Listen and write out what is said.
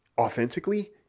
authentically